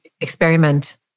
experiment